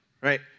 right